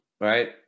Right